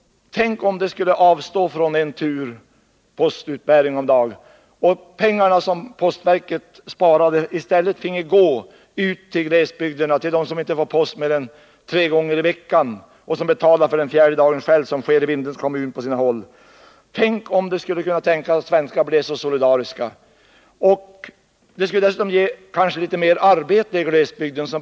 Tänk om de skulle avstå från en postutbärning per dag, och pengarna kunde användas till att förbättra förhållandena för dem som inte får sin post utburen mer än tre gånger per vecka. På sina håll i Vindelns kommun får de själva betala för en fjärde tur. Tänk om vi svenskar kunde vara så solidariska. Dessutom skulle det kanske ge mer arbete åt glesbygden.